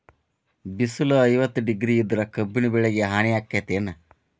ಬಿಸಿಲ ಐವತ್ತ ಡಿಗ್ರಿ ಇದ್ರ ಕಬ್ಬಿನ ಬೆಳಿಗೆ ಹಾನಿ ಆಕೆತ್ತಿ ಏನ್?